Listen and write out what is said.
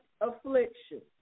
affliction